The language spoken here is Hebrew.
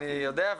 אני יודע,